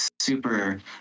super